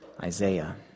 Isaiah